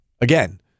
again